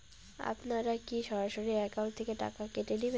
আপনারা কী সরাসরি একাউন্ট থেকে টাকা কেটে নেবেন?